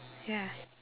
ya